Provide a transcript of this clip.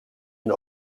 een